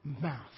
mouth